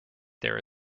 there